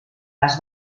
les